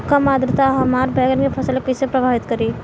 कम आद्रता हमार बैगन के फसल के कइसे प्रभावित करी?